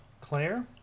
Claire